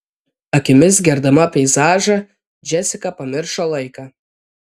akimis gerdama peizažą džesika pamiršo laiką